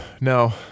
no